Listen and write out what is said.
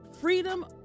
freedom